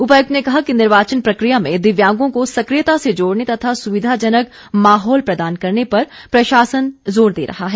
उपायुक्त ने कहा कि निर्वाचन प्रक्रिया में दिव्यांगों को सक्रियता से जोड़ने तथा सुविधाजनक माहौल प्रदान करने पर प्रशासन जोर दे रहा है